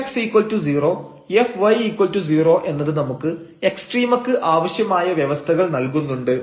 fx0 fy0 എന്നത് നമുക്ക് എക്സ്ട്രീമക്ക് ആവശ്യമായ വ്യവസ്ഥകൾ നൽകുന്നുണ്ട്